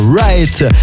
Right